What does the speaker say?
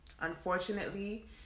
Unfortunately